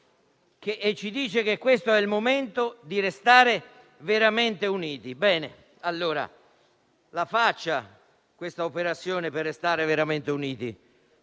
e ci dice che questo è il momento di restare veramente uniti. Bene, allora la faccia un'operazione per restare veramente uniti: